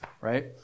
right